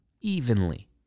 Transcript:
Evenly